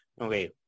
okay